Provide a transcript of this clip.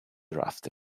draft